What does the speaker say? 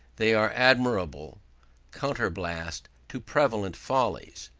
they are admirable counterblast to prevalent follies.